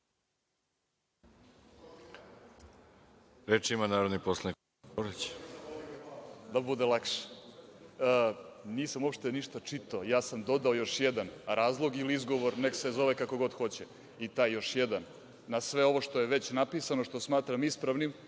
Reč ima narodni poslanik